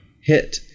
hit